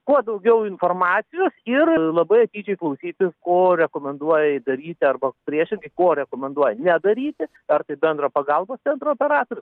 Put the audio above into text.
kuo daugiau informacijos ir labai atidžiai klausytis ko rekomenduoja daryti arba priešingai ko rekomenduoja ne daryti ar tai bendro pagalbos centro operatorius ar tai